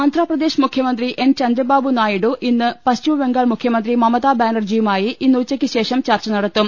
ആന്ധ്രാപ്രദേശ് മുഖ്യമന്ത്രി എൻ ചന്ദ്രബാബു നായിഡു പശ്ചിമബംഗാൾ മുഖ്യമന്ത്രി മമതാ ബാനർജിയുമായി ഇന്നു ച്ചുക്കു ശേഷം ചർച്ച നടത്തും